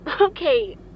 Okay